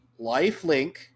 lifelink